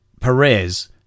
Perez